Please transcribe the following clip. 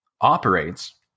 operates